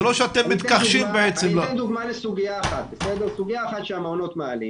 זה לא שאתם מתכחשים בעצם --- אני אתן סוגיה אחת שהמעונות מעלים